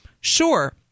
sure